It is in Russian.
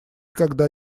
когда